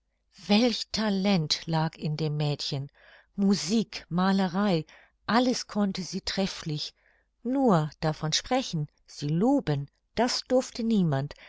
welch talent lag in dem mädchen musik malerei alles konnte sie trefflich nur davon sprechen sie loben das durfte niemand